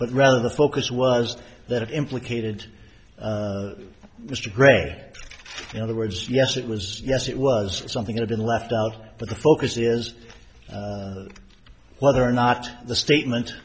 but rather the focus was that implicated mr gray in other words yes it was yes it was something i've been left out but the focus is whether or not the statement